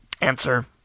Answer